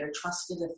trusted